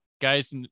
guys